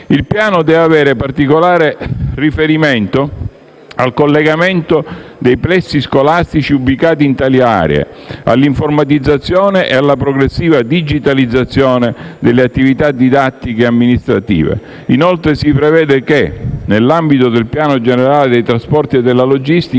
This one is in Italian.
Il piano deve avere particolare riferimento al collegamento dei plessi scolastici ubicati in tali aree, all'informatizzazione e alla progressiva digitalizzazione delle attività didattiche e amministrative. Inoltre, si prevede che, nell'ambito del piano generale dei trasporti e della logistica